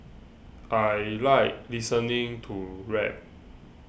I like listening to rap